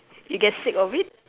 you get sick of it